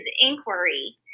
inquiry